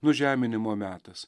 nužeminimo metas